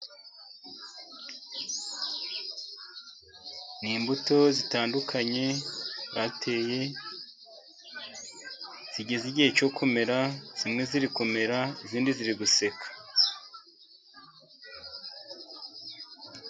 Ni imbuto zitandukanye bateye zigeze igihe cyo kumera, zimwe ziri kumera izindi ziri guseka.